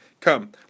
Come